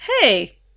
hey